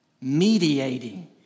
mediating